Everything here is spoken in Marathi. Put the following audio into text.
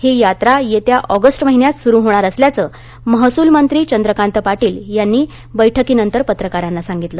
ही यात्रा येत्या ऑगस्ट महिन्यात सूरु होणार असल्याचं महसूल मंत्री चंद्रकांत पाटील यांनी बैठकीनंतर पत्रकारांना सांगितलं